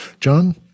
John